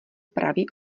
pravý